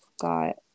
got